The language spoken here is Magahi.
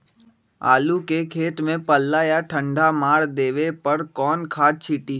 आलू के खेत में पल्ला या ठंडा मार देवे पर कौन खाद छींटी?